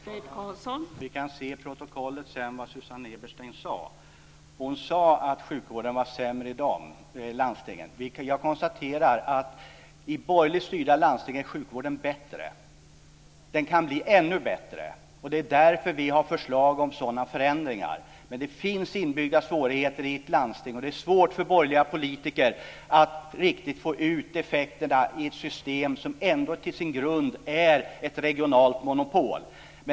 Fru talman! Vi kan se i protokollet sedan vad Susanne Eberstein sade. Hon sade att sjukvården var sämre i de landstingen. Jag konstaterar att i borgerligt styrda landsting är sjukvården bättre. Den kan bli ännu bättre. Det är därför vi har lagt fram förslag som sådana förändringar. Men det finns inbyggda svårigheter i ett landsting. Det är svårt för borgerliga politiker att riktigt få ut effekterna ur ett system som ändå till sin grund är ett regionalt monopol.